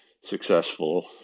successful